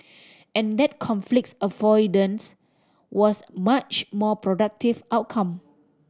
and that conflicts avoidance was much more productive outcome